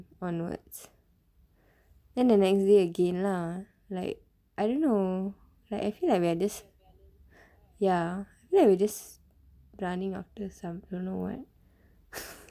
onwards then the next day again lah like I don't know like I feel like we are just ya feel like we are just running after some don't know [what]